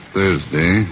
Thursday